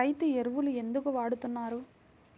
రైతు ఎరువులు ఎందుకు వాడుతున్నారు?